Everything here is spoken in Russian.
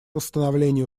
восстановлению